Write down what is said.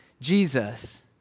Jesus